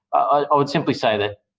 i would simply say that,